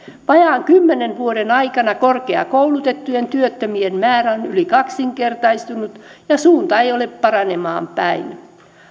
vajaan kymmenen vuoden aikana korkeakoulutettujen työttömien määrä on yli kaksinkertaistunut ja suunta ei ole paranemaan päin